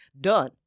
done